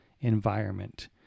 environment